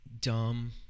Dumb